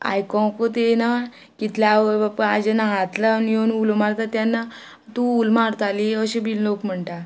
आयकोंकूत येना कितल्या आवय बापूय जेन्ना हात लावून येवन उलो मारता तेन्ना तूं उल मारताली अशें बी लोक म्हणटा